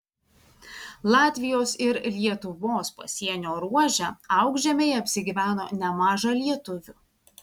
latvijos ir lietuvos pasienio ruože aukšžemėje apsigyveno nemaža lietuvių